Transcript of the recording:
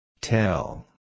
Tell